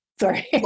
Sorry